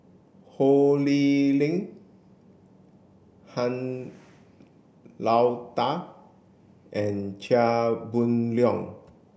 Ho Lee Ling Han Lao Da and Chia Boon Leong